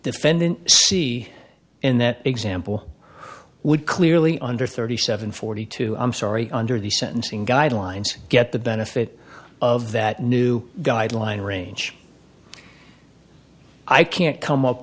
defendant c in that example who would clearly under thirty seven forty two i'm sorry under the sentencing guidelines get the benefit of that new guideline range i can't come up